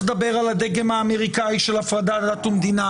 לדבר על הדגם האמריקני שמפריד דת ממדינה,